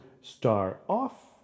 star-off